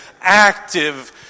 active